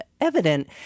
evident